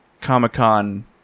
Comic-Con